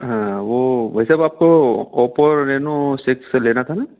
हाँ वो भाई साहब आपको ओपो रेनो सिक्स लेना था ना